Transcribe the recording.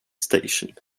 station